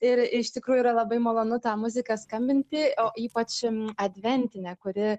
ir iš tikrųjų yra labai malonu tą muziką skambinti o ypač adventinę kuri